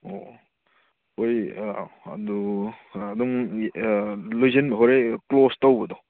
ꯑꯣ ꯑꯩꯈꯣꯏ ꯑꯗꯣ ꯑꯗꯨꯝ ꯂꯣꯏꯁꯤꯟꯕ ꯍꯣꯔꯦꯟ ꯀ꯭ꯂꯣꯖ ꯇꯧꯕꯗꯣ